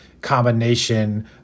combination